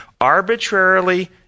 arbitrarily